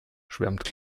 schwärmt